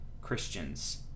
Christians